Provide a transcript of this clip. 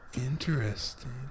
Interesting